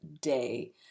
day